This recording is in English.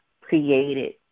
created